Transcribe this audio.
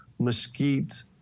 mesquite